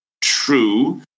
True